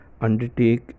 undertake